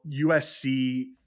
USC